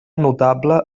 notable